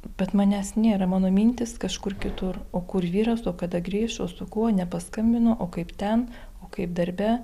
bet manęs nėra mano mintys kažkur kitur o kur vyras o kada grįš o su kuo nepaskambino o kaip ten o kaip darbe